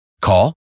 Call